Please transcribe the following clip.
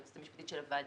היועצת המשפטית של הוועדה,